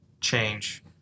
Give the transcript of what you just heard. change